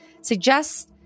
suggests